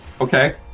Okay